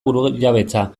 burujabetza